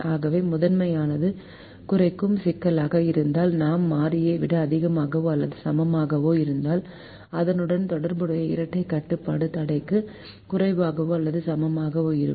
ஆகவே முதன்மையானது குறைக்கும் சிக்கலாக இருந்தால் நான் மாறியை விட அதிகமாகவோ அல்லது சமமாகவோ இருந்தால் அதனுடன் தொடர்புடைய இரட்டைக் கட்டுப்பாடு தடைக்கு குறைவாகவோ அல்லது சமமாகவோ இருக்கும்